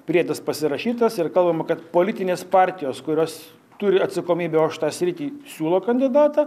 priedas pasirašytas ir kalbama kad politinės partijos kurios turi atsakomybę ož tą sritį siūlo kandidatą